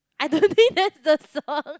I don't think that's the song